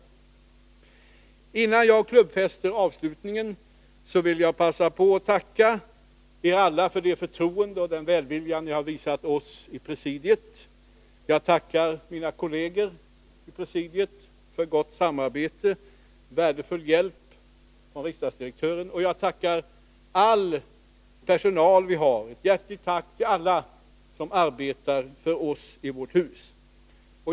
115 Innan jag klubbfäster avslutningen vill jag passa på att tacka er alla för det förtroende och den välvilja ni har visat oss i presidiet. Jag tackar mina kolleger i presidiet för gott samarbete och riksdagsdirektören för värdefull hjälp. Ett hjärtligt tack till all personal som arbetar för oss i detta hus.